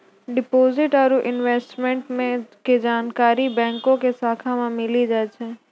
deposit आरू investment के जानकारी बैंको के शाखा मे मिली जाय छै